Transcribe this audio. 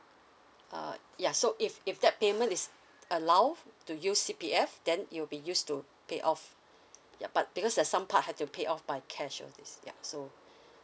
uh ya so if if that payment is allowed to use C_P_F then it will be used to pay off yup but because there's some part have to pay off by cash all this ya so